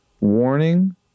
warning